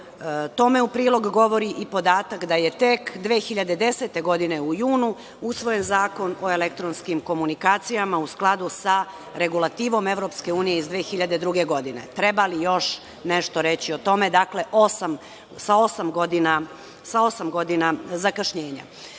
Tome u prilog govori i podatak da je tek 2010. godine, u junu, usvojen Zakon o elektronskim komunikacijama u skladu sa Regulativom EU iz 2002. godine. Treba li još nešto reći o tome, dakle, sa osam godina zakašnjenja? Kao